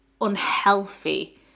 unhealthy